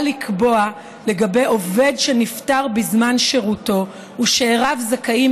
לקבוע שלגבי עובד שנפטר בזמן שירותו ששאיריו זכאים,